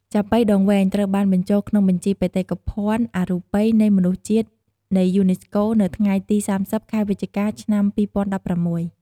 ចាប៉ីដងវែង ត្រូវបានបញ្ជូលក្នុងបញ្ជីបេតិកភណ្ឌអរូបីនៃមនុស្សជាតិនៃយូនេស្កូ នៅថ្ងៃទី៣០ ខែវិច្ឆិកា ឆ្នាំ២០១៦។